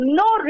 no